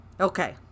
okay